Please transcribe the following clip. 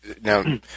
Now